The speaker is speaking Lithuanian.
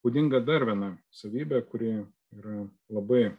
būdinga dar viena savybė kuri yra labai